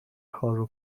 کارو